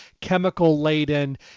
chemical-laden